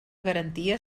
garantia